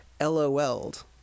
LOL'd